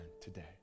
today